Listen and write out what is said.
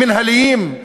המינהליים,